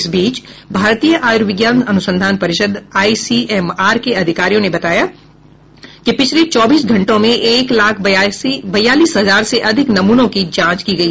इस बीच भारतीय आयुर्विज्ञान अनुसंधान परिषद आईसीएमआर के अधिकारियों ने बताया कि पिछले चौबीस घंटों में एक लाख बयालीस हजार से अधिक नमूनों की जांच की गई